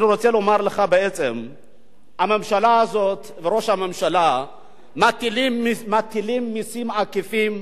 אני רוצה לומר לך שהממשלה הזאת וראש הממשלה מטילים מסים עקיפים,